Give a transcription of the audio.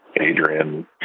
Adrian